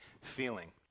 feeling